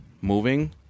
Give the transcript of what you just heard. moving